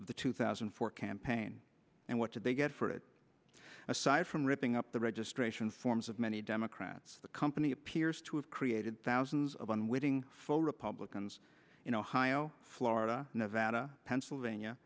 the two thousand and four campaign and what did they get for it aside from ripping up the registration forms of many democrats the company appears to have created thousands of unwitting for republicans in ohio florida nevada pennsylvania